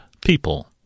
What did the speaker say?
people